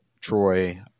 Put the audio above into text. Troy